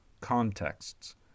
contexts